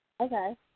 Okay